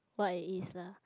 what it is lah